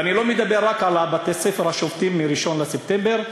ואני לא מדבר רק על בתי-הספר השובתים מ-1 בספטמבר,